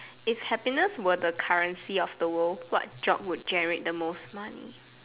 if happiness were the currency of the world what job would generate the most money